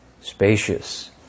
spacious